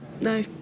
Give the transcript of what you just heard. No